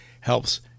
helps